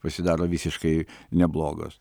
pasidaro visiškai neblogos